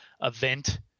event